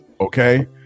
okay